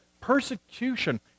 Persecution